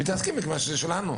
מתעסקים בזה מכיוון שזה שלנו.